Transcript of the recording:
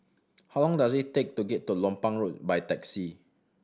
how long does it take to get to Lompang Road by taxi